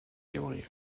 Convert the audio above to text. gabriel